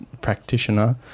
practitioner